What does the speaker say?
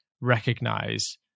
recognize